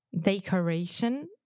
decoration